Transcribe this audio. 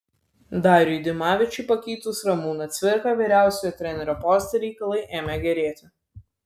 dariui dimavičiui pakeitus ramūną cvirką vyriausiojo trenerio poste reikalai ėmė gerėti